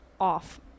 off